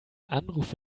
anruf